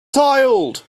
tiled